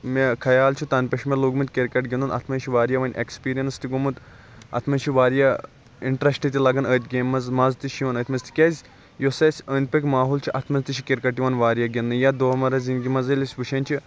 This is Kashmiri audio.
مےٚ خیال چھُ تَنہٕ پٮ۪ٹھ چھُ مےٚ لوگمُت کرکٹ گِنٛدان اتھ منٛز چھِ واریاہ وۄنۍ ایٚکٕسپیرینٕس تہِ گوٚمُت اتھ منٛز چھِ واریاہ اِنٹرسٹ تہِ لگان اتھۍ گیمہِ منٛز مَزٕ تہِ چھُ یوان اتھۍ منٛز تکیازٕ یُس اسہ أنٛدۍ پٔکۍ ماحوٗل چھُ اتھ منٛز تہِ چھُ کرکِٹ یوان واریاہ گِنٛدنہٕ یا دۄہ مَرہ زِندگی منٛز ییٚلہ أسۍ وُچھان چھِ